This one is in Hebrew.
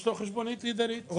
יש לו חשבונית ידנית.